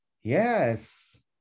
Yes